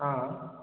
ಹಾಂ